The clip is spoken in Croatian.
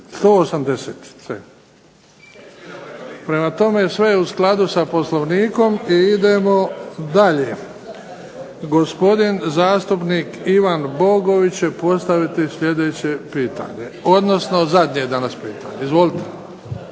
180.c Prema tome sve je u skladu sa Poslovnikom i idemo dalje. Gospodin zastupnik Ivan Bogović će postaviti sljedeće pitanje, odnosno zadnje današnje pitanje. Izvolite.